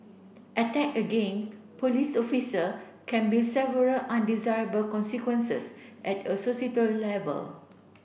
attack again police officer can be several undesirable consequences at a level